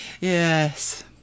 Yes